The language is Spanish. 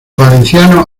valencianos